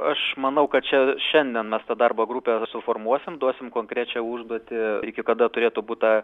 aš manau kad čia šiandien mes tą darbo grupę suformuosim duosim konkrečią užduotį iki kada turėtų būt ta